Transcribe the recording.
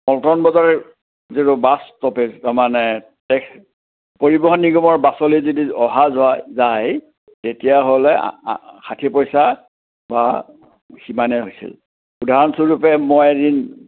পল্টন বজাৰৰ যিটো bus stops মানে পৰিৱহণ নিগমৰ বাছলৈ যদি অহা যোৱা যায় তেতিয়াহ'লে ষাঠি পইছা বা সিমানেই হৈছিল উদাহৰণস্বৰূপে মই এদিন